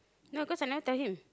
no cause I never tell him